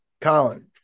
Colin